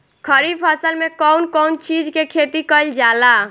खरीफ फसल मे कउन कउन चीज के खेती कईल जाला?